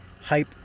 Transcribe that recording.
hype